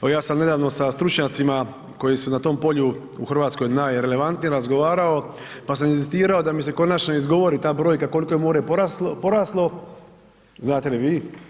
Evo ja sam nedavno sa stručnjacima koji su na tom polju u Hrvatskoj najrelevantniji razgovarao pa sam inzistirao da mi se konačno izgovori ta brojka koliko je more poraslo, znate li vi?